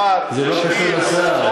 יזע ודמעות וגופרית ואש.